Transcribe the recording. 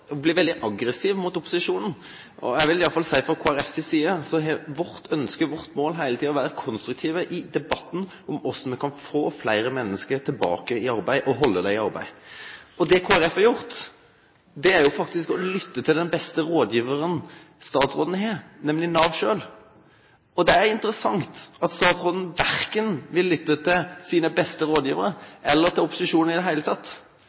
blir veldig aggressiv mot opposisjonen. Jeg vil i hvert fall si at fra Kristelig Folkepartis side er vårt ønske, vårt mål, hele tiden å være konstruktive i debatten om hvordan vi skal få flere mennesker tilbake i arbeid og holde dem i arbeid. Det Kristelig Folkeparti har gjort, er faktisk å lytte til den beste rådgiveren statsråden har, nemlig Nav selv. Det er interessant at statsråden verken vil lytte til sine beste rådgivere eller til opposisjonen i det hele tatt,